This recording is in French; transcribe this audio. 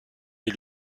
est